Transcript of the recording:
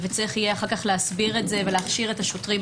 צריך יהיה אחר כך להסביר את זה ולהכשיר את השוטרים.